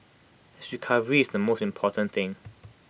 his recovery is the most important thing